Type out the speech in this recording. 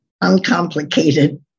uncomplicated